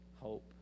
hope